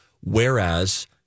Whereas